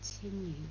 continue